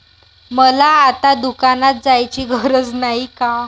मला आता दुकानात जायची गरज नाही का?